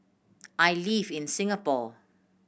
I live in Singapore